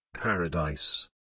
paradise